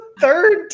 third